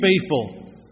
faithful